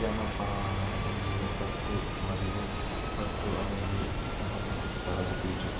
జనపనార, ఉన్ని, పత్తి మరియు పట్టు అనేవి సహజ పీచు